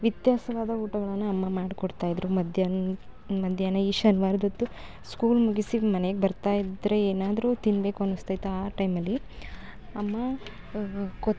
ವ್ಯತ್ಯಾಸವಾದ ಊಟಗಳನ್ನು ಅಮ್ಮ ಮಾಡ್ಕೊಡ್ತಾಯಿದ್ರು ಮಧ್ಯಾಹ್ನ ಮಧ್ಯಾಹ್ನ ಈ ಶನಿವಾರ್ದೊತ್ತು ಸ್ಕೂಲ್ ಮುಗಿಸಿ ಮನೆಗೆ ಬರ್ತಾಯಿದ್ರೆ ಏನಾದರೂ ತಿನ್ಬೇಕು ಅನಿಸ್ತಾ ಇತ್ತು ಆ ಟೈಮಲ್ಲಿ ಅಮ್ಮಾ ಕೊತ್